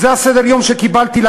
זה סדר-היום שקיבלתי.